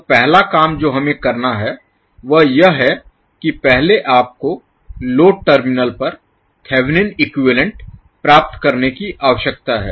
तो पहला काम जो हमें करना है वह यह है कि पहले आपको लोड टर्मिनल पर थेवेनिन इक्विवैलेन्ट प्राप्त करने की आवश्यकता है